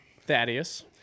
thaddeus